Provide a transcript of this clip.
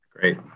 Great